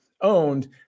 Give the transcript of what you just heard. owned